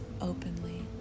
openly